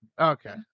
Okay